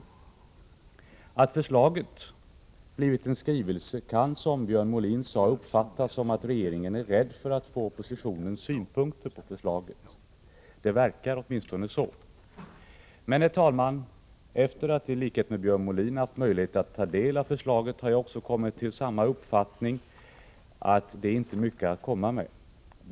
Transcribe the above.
Att förslaget blivit en skrivelse kan, som Björn Molin sade, uppfattas som att regeringen är rädd för att få oppositionens synpunkter på förslaget. Det verkar åtminstone så. Men, herr talman, efter att i likhet med Björn Molin ha haft möjlighet att ta del av förslaget har jag kommit till samma uppfattning som han, nämligen att det inte är mycket att komma med.